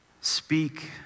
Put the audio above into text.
Speak